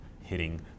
hitting